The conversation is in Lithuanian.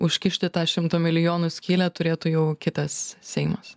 užkišti tą šimto milijonų skylę turėtų jau kitas seimas